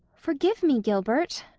forgive me, gilbert,